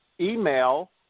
email